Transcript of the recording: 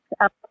up